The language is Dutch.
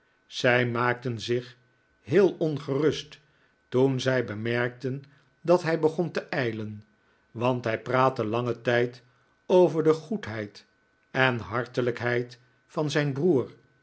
zij maakten zich heel ongerust toen zij bemerkten dat hij begon te ijlen want hij praatte langen tijd over de goedheid en hartelijkheid van zijn broer